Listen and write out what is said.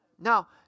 Now